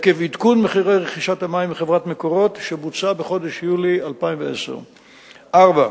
עקב עדכון מחירי רכישת המים מ"מקורות" שבוצע בחודש יולי 2010. ד.